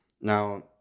Now